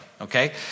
okay